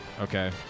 Okay